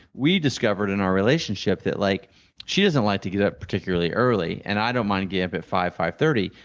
we discovered in our relationship that like she doesn't like to get up particularly early and i don't mind get up at five, five thirty.